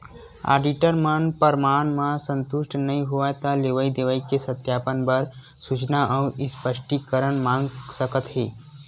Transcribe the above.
auditor मन परमान म संतुस्ट नइ होवय त लेवई देवई के सत्यापन बर सूचना अउ स्पस्टीकरन मांग सकत हे